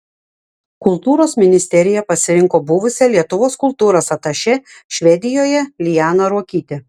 kultūros ministerija pasirinko buvusią lietuvos kultūros atašė švedijoje lianą ruokytę